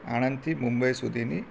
આણંદથી મુંબઈ સુધીની